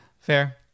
fair